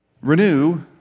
Renew